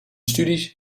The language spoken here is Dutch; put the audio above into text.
studies